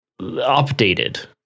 updated